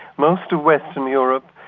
most of western europe,